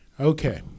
Okay